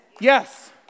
Yes